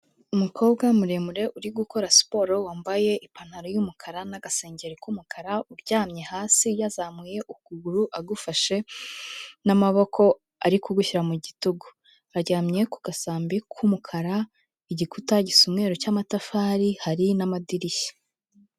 Umukobwa muremure uri gukora siporo wambaye ipantaro y'umukara n'agasengeri k'umukara, uryamye hasi yazamuye ukuguru agufashe n'amaboko ari kugushyira mu gitugu. Aryamye ku gasambi k'umukara, igikuta gisa umweru cy'amatafari, hari n'amadirishya.